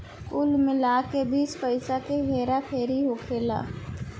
कुल मिला के बीस पइसा के हेर फेर होखेला